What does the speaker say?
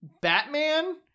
Batman